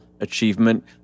achievement